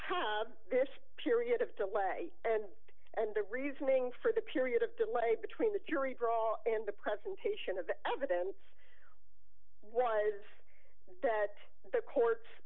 have this period of delay and it and the reasoning for the period of delay between the jury draw and the presentation of the evidence was that the court